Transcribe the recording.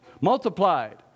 Multiplied